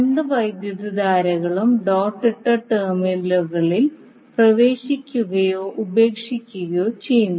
രണ്ട് വൈദ്യുതധാരകളും ഡോട്ട് ഇട്ട ടെർമിനലുകളിൽ പ്രവേശിക്കുകയോ ഉപേക്ഷിക്കുകയോ ചെയ്യുന്നു